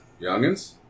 Youngins